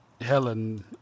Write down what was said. Helen